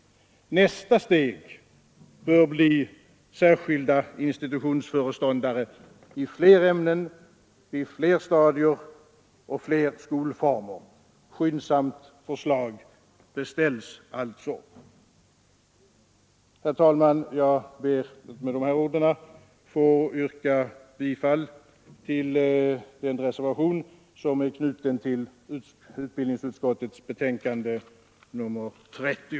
Nästa steg bör bli särskilda institutionsföreståndare i fler ämnen, på fler stadier och i fler skolformer. Skyndsamt förslag beställs alltså. Jag ber, herr talman, med de här orden att få yrka bifall till den reservation som är knuten till utbildningsutskottets betänkande nr 30.